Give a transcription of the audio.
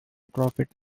profit